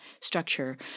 structure